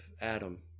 Adam